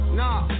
nah